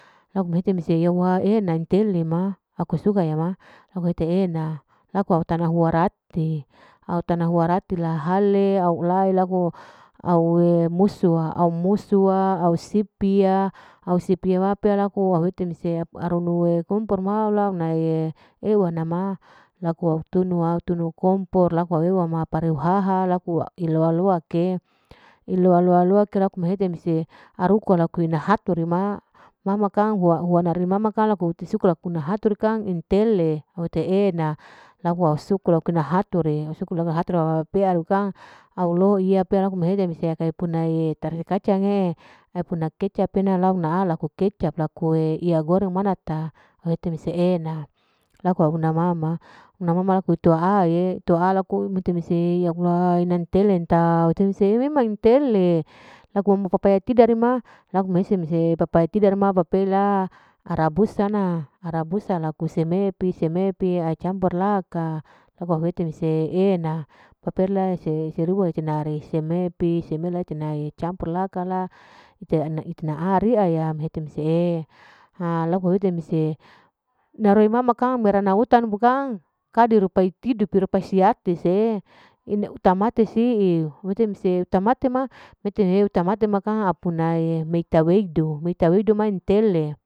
Laku mehete mese yawwa e'ena entele ma, aku suka ya ma, laku hete e'ena, laku ahutanu huwa rati, au tahua huna rati lahale au ulae laku au musu wa, musuwa au sispi ya, au sipi ya au sipi ya wa pea laku au hete mese arunu'e kompor ma laona'e ew ama laku au tunua kompor reu ha ha, iloa loa loa mehete mese aruku o laku ina hatu rima, ma ma kang laku iter suka puna hatur ka, intele au hete e'ena, laku au sukru hina hature, au sukru au hina hature au pea kang au loi pea laku mehete mese aipuna tarasi kacang'e, aipuna kecap ena leaku iya goreng manata au hete mese e'ena, laku auhuna ma ma, huna ma ma laku itu a'aye, itu'a laku imiti misi ya allah inantele sa, memang intele, laku papaya tidar rima, semese papaya tidar rima papela rabus ana, arabus laku seme piseme piacumpuraka, laku auhete mese e'ena, ina paperla siriwa, sinari seme pi seme itina'e campur laka la it-itenaa riya ya, hete mese ha laku auhete mese naroi mama kang merana hutanu bukang, kader rupae tidupu rupaesiates'e ina uta mate siu, uta mate ma kang apuna ameta weiudu, mewita weudu kang intele.